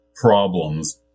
problems